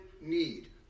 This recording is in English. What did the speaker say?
need